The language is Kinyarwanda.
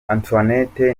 antoinette